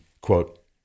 quote